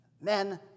Men